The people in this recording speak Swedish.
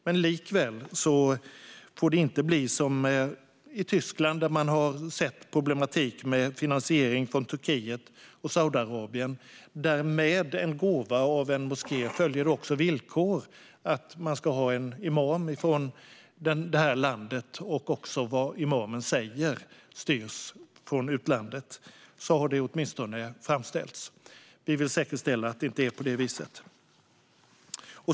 Men likväl får det inte bli som i Tyskland där man har sett problem med finansiering från Turkiet och Saudiarabien och där det med en gåva av en moské följer villkor att man ska ha en imam från givarlandet och att det imamen säger styrs från utlandet. Så har det åtminstone framställts, och vi vill säkerställa att det inte blir på det viset.